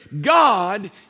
God